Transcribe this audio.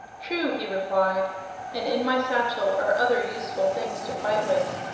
true, he replied and in my satchel are other useful things to fight with.